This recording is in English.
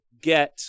get